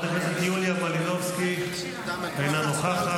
חברת הכנסת יוליה מלינובסקי, אינה נוכחת.